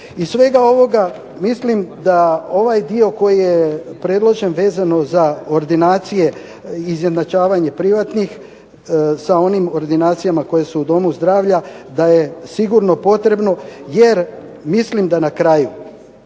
Iz svega ovoga mislim da ovaj dio koji je predložen za ordinacije izjednačavanje privatnih sa onim ordinacijama koje su u domu zdravlja, da je sigurno potrebno. Jer mislim da na kraju